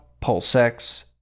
PulseX